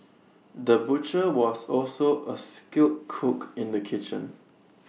the butcher was also A skilled cook in the kitchen